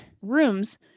rooms